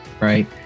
right